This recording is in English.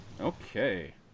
Okay